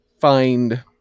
find